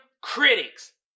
critics